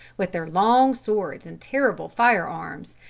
with their long swords, and terrible fire-arms,